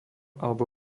alebo